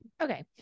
Okay